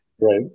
Right